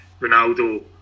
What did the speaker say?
Ronaldo